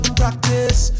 practice